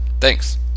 Thanks